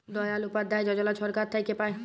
দয়াল উপাধ্যায় যজলা ছরকার থ্যাইকে পায়